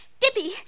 Dippy